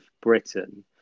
Britain